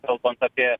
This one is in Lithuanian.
kalbant apie